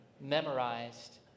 memorized